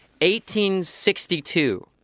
1862